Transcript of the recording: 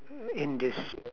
indes~